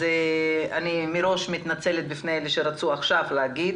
אני מתנצלת מראש בפני אלה שרצו עכשיו לדבר,